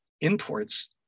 imports